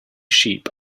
sheep